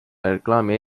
reklaami